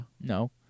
No